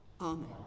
Amen